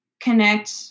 connect